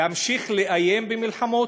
להמשיך לאיים במלחמות,